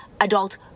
adult